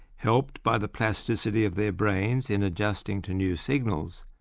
helped by the plasticity of their brains in adjusting to new signals,